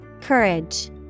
Courage